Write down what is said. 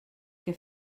que